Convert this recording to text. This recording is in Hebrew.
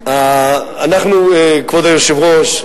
כבוד היושב-ראש,